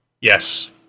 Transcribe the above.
Yes